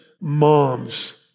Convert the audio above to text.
Moms